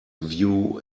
view